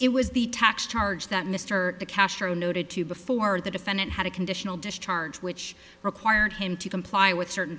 it was the tax charge that mr castro noted to before the defendant had a conditional discharge which required him to comply with certain